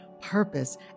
purpose